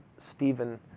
Stephen